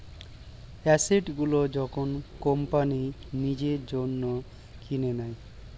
asset গুলো যখন company নিজের জন্য কিনে নেয়